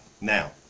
Now